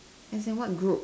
as in what group